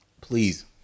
Please